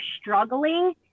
struggling